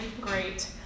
great